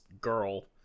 girl